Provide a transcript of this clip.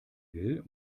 will